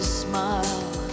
smile